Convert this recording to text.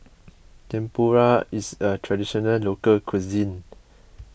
Tempura is a Traditional Local Cuisine